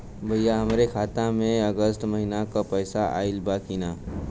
भईया हमरे खाता में अगस्त महीना क पैसा आईल बा की ना?